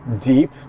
deep